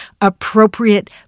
appropriate